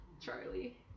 Charlie